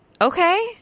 Okay